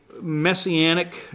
Messianic